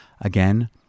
again